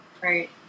Right